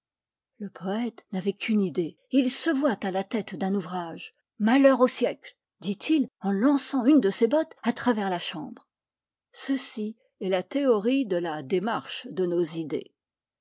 le poète n'avait qu'une idée et il se voit à la tête d'un ouvrage malheur au siècle dit-il en lançant une de ses bottes à travers la chambre ceci est la théorie de la démarche de nos idées